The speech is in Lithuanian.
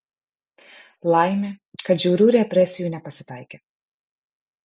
laimė kad žiaurių represijų nepasitaikė